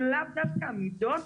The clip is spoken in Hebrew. דווקא המידות